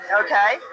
Okay